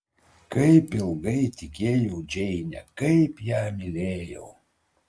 kaip ilgai tikėjau džeine kaip ją mylėjau